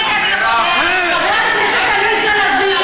חברת הכנסת עליזה לביא,